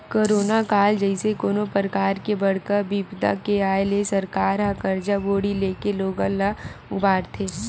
corona काल जइसे कोनो परकार के बड़का बिपदा के आय ले सरकार ह करजा बोड़ी लेके लोगन ल उबारथे